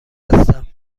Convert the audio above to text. هستم